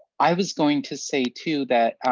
i was going to say, too, that,